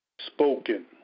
Spoken